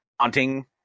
haunting